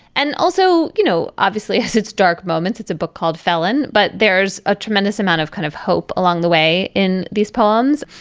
and also you know obviously has its dark moments it's a book called felon but there's a tremendous amount of kind of hope along the way in these poems.